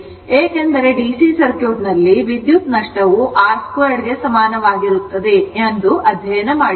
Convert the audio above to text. ಏಕೆಂದರೆ ಡಿಸಿ ಸರ್ಕ್ಯೂಟ್ನಲ್ಲಿ ವಿದ್ಯುತ್ ನಷ್ಟವು R2 ಗೆ ಸಮಾನವಾಗಿರುತ್ತದೆ ಎಂದು ಅಧ್ಯಯನ ಮಾಡಿದ್ದೇವೆ